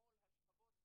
סוציאלית.